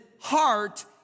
heart